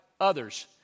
others